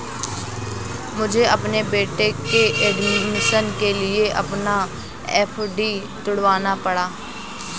मुझे अपने बेटे के एडमिशन के लिए अपना एफ.डी तुड़वाना पड़ा